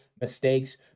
mistakes